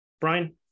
Brian